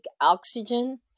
oxygen